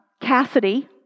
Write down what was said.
Cassidy